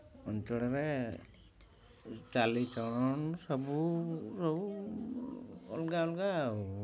ଅଞ୍ଚଳରେ ଚାଲିଚଳଣ ସବୁ ସବୁ ଅଲଗା ଅଲଗା ଆଉ